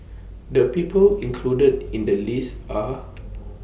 The People included in The list Are